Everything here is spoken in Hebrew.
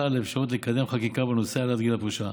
על האפשרות לקדם חקיקה בנושא העלאת גיל הפרישה.